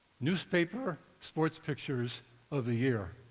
newspaper sports pictures of the year.